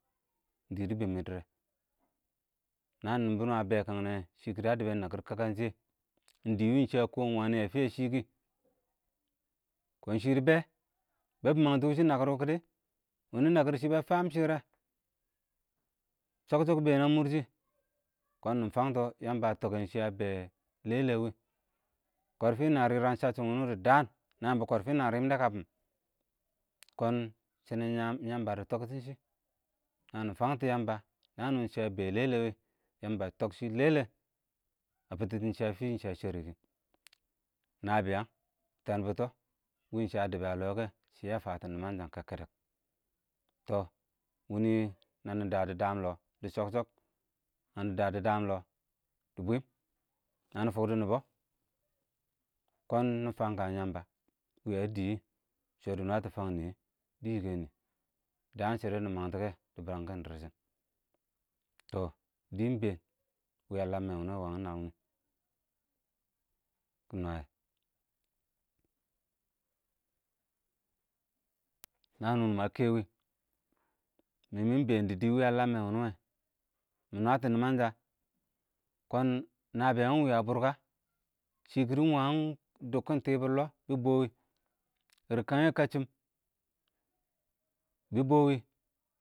dɪ bɪmmɛ dɪr yɛ, nəən nɪnbɪnɪ ə bɛ kəngyɛ shɪ ɪng kɪddɪ ə dɪbɛ nə kɪr kəkkən shɪyɛ, iɪng dɪ wɪɪ shɪ ə kɔɔn ɪng wəən ə fɪya shɪ kɪ, kʊn shɪ dɪ bɛ bɛbɪ məngtɔ wʊ shɪ nəəkɪr wʊ kɪddɪ, wʊnʊ ɪng nəkɪr shɪ bə fəəm shɪryɛ. Shɔck-shɔck ɪng bɛɛn ə mʊrshɪ kɔɔn nɪ fəng tɔ Yambə ə shɪ ə bɛ lɛlɛ wɔɔ, kɔrfɪ nə rɪrək shəsshɪm wʊnʊ dɪ dəən, nə yɪmbɔ kɔrfɪ nə rɪm dɛ kə bʊʊn kɔn, shɪnɪn yəm ɪng yəmbə dɪ tʊngɛ shɪ nənɪ fəngtʊ Yəmba nəən wɪɪ shɪ ə bɛ lɛlɛwɪ Yəmbə ə tʊng shɪ lɛlɛ,ə bɪtɪn shɪ ə fɪɪn shɪ ə shɛrɪkɪ nəbɪyəng, tɛm bɪtɔ wɪɪ shɪ ə dɪbɛ ə lɔɔ kɛ, shɪ ə fətɪn nɪməngshə kəkkədək, tɔ, wɪɪnɪ nənɪ dədɔ dəəm lɔ dɪ chɔk-chɔk, nənɪ dədɔ dəəmm lɔ dɪ bwɪm, nənɪ fʊkdɔ nɪbɔ, kʊn nɪ fəng kəən Yəmbə wɪ ə dɪwɪ, ɪng shɔ dɪ nwətɔ fəng nɪyɛ, dɪ yɪkɛ nɪ, dəən shɪdo nɪ məngtʊ kɛ, dɪ bənkə dɪrshɪn tɔ dɪ ɪng bɛɛn wɪɪ ə ləəmmɛ wʊnʊ wɪ wəghɪm mɪ nwəyɛ, nəən wɪɪ mə kɛ wɪɪ, mɪ mɪ ɪng bɛɛn dɪ dɪ wɪɪ ə ləəmmɛ wʊnʊwɛ, mɪ nwətɔ nɪməng shə, kɔn nəbɪyən ɪng wɪɪ ə bʊrkən, shɪ kɪdɪ ɪng wəghɪn dʊb kʊn tɪbɪr lɔ wɪ bɔɔ rɪkkən yɛ kəchɪm, bɪ bɔɔ.